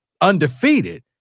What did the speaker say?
undefeated